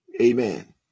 amen